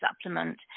supplement